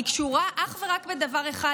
היא קשורה אך ורק בדבר אחד,